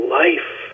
life